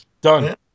Done